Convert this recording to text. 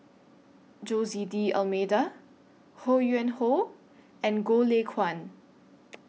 Jose D'almeida Ho Yuen Hoe and Goh Lay Kuan